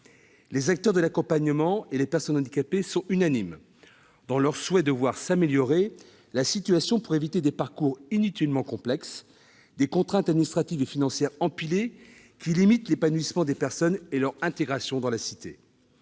Les acteurs de l'accompagnement et les personnes handicapées sont unanimes dans leur souhait de voir s'améliorer la situation pour éviter des parcours inutilement complexes, des contraintes administratives et financières empilées qui limitent l'épanouissement des personnes et leur intégration dans la cité.